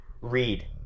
read